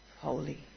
holy